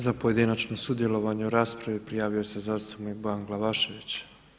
Za pojedinačno sudjelovanje u raspravi prijavio se zastupnik Bojan Glavašević.